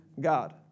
God